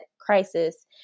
crisis